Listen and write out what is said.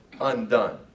undone